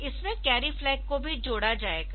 इसमें carry flag को भी जोड़ा जाएगा